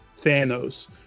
Thanos